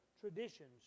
traditions